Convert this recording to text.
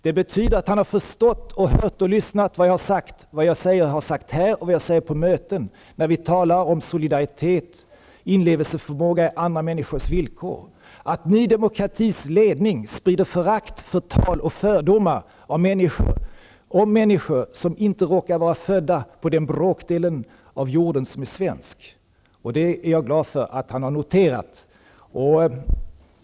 Det betyder att han har förstått och lyssnat till vad jag har sagt här och vad jag säger på möten där vi talar om solidaritet och inlevelseförmåga i andra människors villkor och om att Ny Demokratis ledning sprider förakt, förtal och fördomar om människor som inte råkar vara födda på den bråkdel av jorden som är svensk. Det är jag glad för att han har noterat.